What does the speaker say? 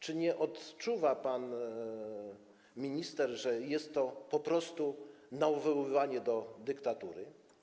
Czy nie odczuwa pan minister, że jest to po prostu nawoływanie do dyktatury?